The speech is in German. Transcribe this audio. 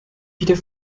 wieder